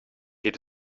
geht